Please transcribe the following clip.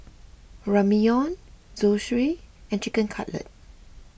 Ramyeon Zosui and Chicken Cutlet